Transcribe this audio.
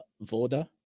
Voda